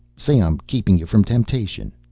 say i'm keeping you from temptation.